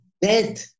dead